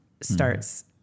starts